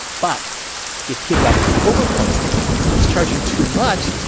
but if kid rock overpriced the tickets if he's charging too much,